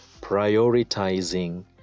prioritizing